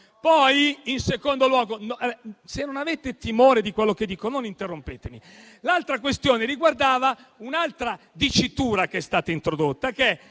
in Aula).* Se non avete timore di quello che dico, non interrompetemi. L'altra questione riguardava un'altra dicitura che è stata introdotta, quella